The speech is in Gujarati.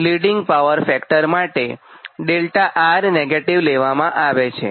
અને લિડીંગ પાવર ફેક્ટર માટે 𝛿𝑅 નેગેટિવ લેવામાં આવે છે